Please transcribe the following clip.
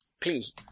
Please